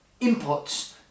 inputs